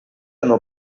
hanno